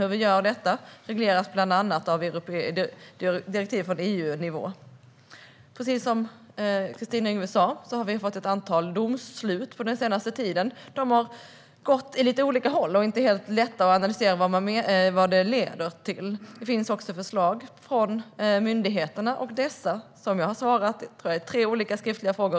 Hur vi gör detta regleras bland annat av direktiv på EU-nivå. Precis som Kristina Yngwe sa har vi fått ett antal domslut den senaste tiden. De har gått åt lite olika håll, och det är inte helt lätt att analysera vad de leder till. Det finns också förslag från myndigheterna. Dessa bereds på Regeringskansliet - det har jag sagt i svar på, tror jag, tre olika skriftliga frågor.